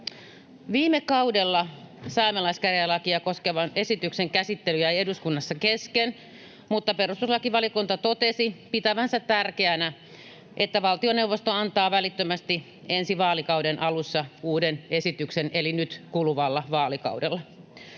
Viime kaudella saamelaiskäräjälakia koskevan esityksen käsittely jäi eduskunnassa kesken, mutta perustuslakivaliokunta totesi pitävänsä tärkeänä, että valtioneuvosto antaa uuden esityksen välittömästi ensi vaalikauden alussa eli nyt kuluvalla vaalikaudella.